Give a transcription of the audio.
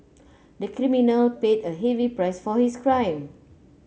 the criminal paid a heavy price for his crime